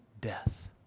death